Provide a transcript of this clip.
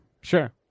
sure